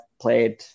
played